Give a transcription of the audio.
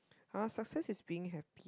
uh success is being happy